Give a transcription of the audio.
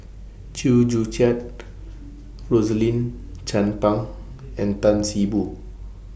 Chew Joo Chiat Rosaline Chan Pang and Tan See Boo